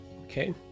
Okay